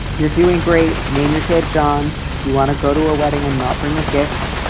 you're doing great name your kid, john. if you want to go to a wedding and not bring a gift.